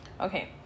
Okay